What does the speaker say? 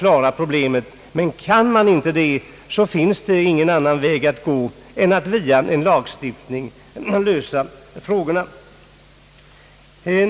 Kan man inte det finns det ingen annan väg att gå än att via en lagstiftning lösa frågorna.